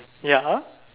ya